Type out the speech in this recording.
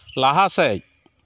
ᱞᱟᱦᱟ ᱥᱮᱫ